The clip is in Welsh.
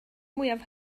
mwyaf